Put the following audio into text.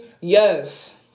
Yes